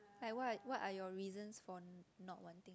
like what what are your reasons for not wanting